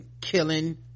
killing